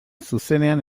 zuzenean